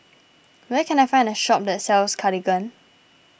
where can I find a shop that sells Cartigain